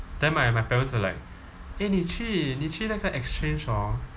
then my my parents were like eh 你去你去那个 exchange hor